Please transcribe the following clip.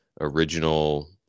original